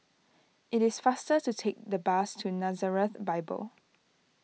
it is faster to take the bus to Nazareth Bible